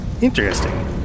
Interesting